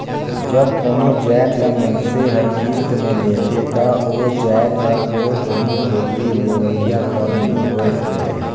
जब कोनो जाएत ल मइनसे हर किस्त में लेथे ता ओ जाएत हर ओ घनी पोगरी लेहोइया कर नी होए जाए